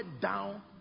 down